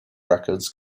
records